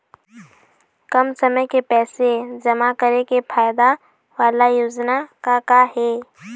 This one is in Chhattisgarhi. कम समय के पैसे जमा करे के फायदा वाला योजना का का हे?